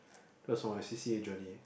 that's from my C_C_A journey